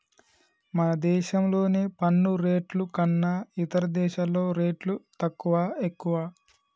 మన దేశంలోని పన్ను రేట్లు కన్నా ఇతర దేశాల్లో రేట్లు తక్కువా, ఎక్కువా